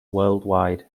worldwide